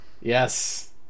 yes